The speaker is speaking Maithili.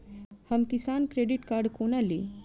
हम किसान क्रेडिट कार्ड कोना ली?